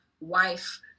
wife